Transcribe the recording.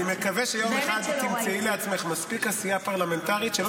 אני מקווה שיום אחד את תמצאי לעצמך מספיק עשייה פרלמנטרית שלא